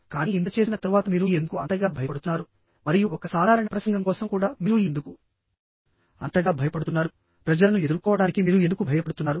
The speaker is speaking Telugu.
కానీ ఇంత చేసిన తరువాత మీరు ఎందుకు అంతగా భయపడుతున్నారు మరియు ఒక సాధారణ ప్రసంగం కోసం కూడా మీరు ఎందుకు అంతగా భయపడుతున్నారుప్రజలను ఎదుర్కోవడానికి మీరు ఎందుకు భయపడుతున్నారు